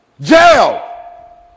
jail